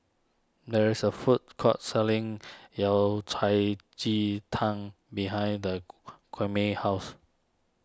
there is a food court selling Yao Cai Ji Tang behind the Kwame's house